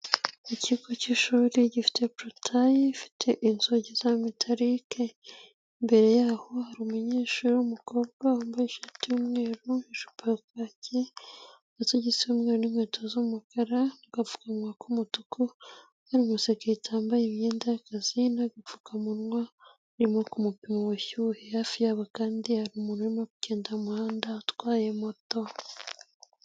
Ikigo cy'ishuri gifite porotaye ifite inzugi za metalike, imbere yaho hari umunyeshuri w'umukobwa wambaye ishati y'umweru, ijipo ya kacye, amasogisi y'umweru n'inkweto z'umukara, agapfukamunwa k'umutuku, hari umusekirite wambaye imyenda y'akazi n'agapfukamunwa, arimo kumupima ubushyuhe. Hafi yabo kandi hari umuntu urimo kugenda mu muhanda utwaye moto.